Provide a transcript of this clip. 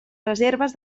reserves